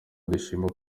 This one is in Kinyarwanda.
dushima